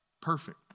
perfect